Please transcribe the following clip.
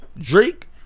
Drake